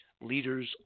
leaders